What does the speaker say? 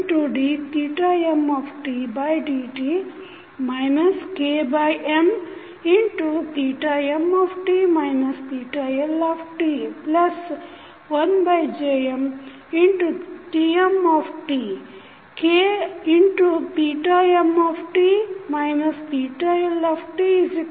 d2mdt2 BmJmdmtdt KJmmt Lt1JmTmt Kmt LJLd2Ldt2 ಈಗ